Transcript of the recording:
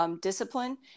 Discipline